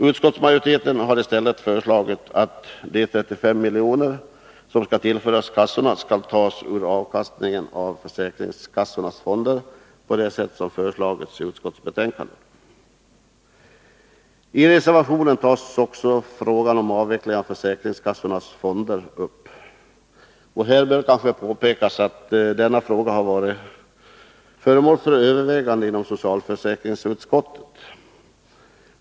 Utskottsmajoriteten har i stället föreslagit att de 35 miljoner som skall tillföras kassorna skall tas från avkastningen av försäkringskassornas fonder på det sätt som föreslagits i utskottsbetänkandet. I reservationen tas också upp frågan om avveckling av försäkringskassornas fonder. Det bör kanske påpekas att denna fråga har varit föremål för övervägande inom socialförsäkringsutskottet.